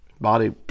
Body